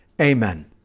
Amen